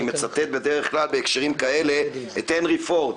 אני מצטט בדרך כלל בהקשרים כאלה את הנרי פורד.